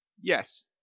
Yes